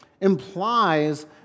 implies